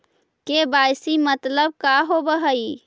KYC मतलब का होव हइ?